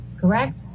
correct